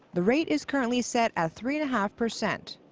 the rate is currently set at three and a half percent.